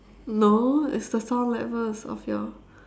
no it's the sound levels of your